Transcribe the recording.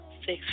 six